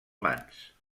mans